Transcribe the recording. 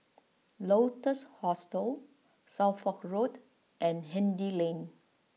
Lotus Hostel Suffolk Road and Hindhede Lane